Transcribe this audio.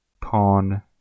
Pawn